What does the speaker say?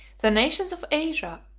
the nations of asia,